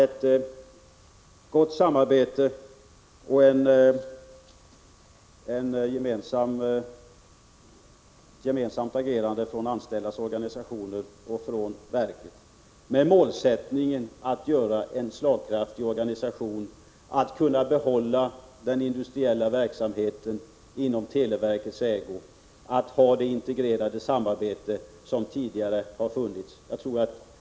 Ett gott samarbete och ett gemensamt agerande från de anställdas organisationer och från verken, med målsättningen att skapa en slagkraftig organisation, bör föra med sig att man kan behålla den industriella verksamheten i televerkets ägo och behålla det integrerade samarbete som tidigare har funnits.